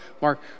mark